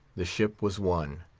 the ship was won.